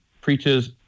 preaches